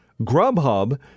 Grubhub